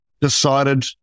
decided